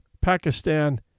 Pakistan